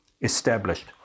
established